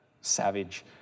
savage